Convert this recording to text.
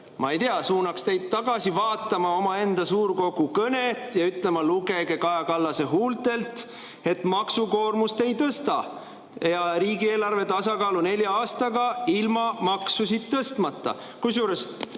Ma ei tea, suunaks teid tagasi vaatama omaenda suurkogu kõnet ja [ütleks], et lugege Kaja Kallase huultelt: "Maksukoormust ei tõsta!" ja "Riigieelarve tasakaalu nelja aastaga ilma maksusid tõstmata!" Kusjuures,